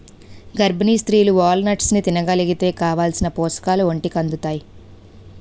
గర్భిణీ స్త్రీలు వాల్నట్స్ని తినగలిగితే కావాలిసిన పోషకాలు ఒంటికి అందుతాయి